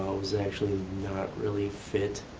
was actually not really fit